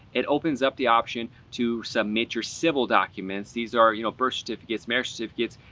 it opens up the option to submit your civil documents. these are you know birth certificates, marriage certificates,